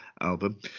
album